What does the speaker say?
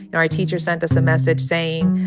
and our teacher sent us a message saying,